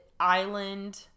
Island